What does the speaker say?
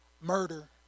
murder